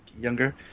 younger